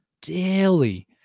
daily